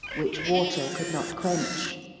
which water could not quench.